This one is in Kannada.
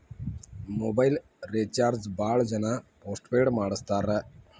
ಮೊಬೈಲ್ ರಿಚಾರ್ಜ್ ಭಾಳ್ ಜನ ಪೋಸ್ಟ್ ಪೇಡ ಮಾಡಸ್ತಾರ